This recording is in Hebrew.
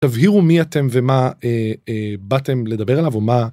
תבהירו מי אתם ומה באתם לדבר עליו או מה.